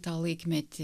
tą laikmetį